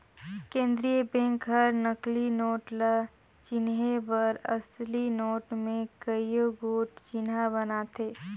केंद्रीय बेंक हर नकली नोट ल चिनहे बर असली नोट में कइयो गोट चिन्हा बनाथे